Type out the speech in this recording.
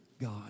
God